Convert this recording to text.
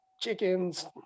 chickens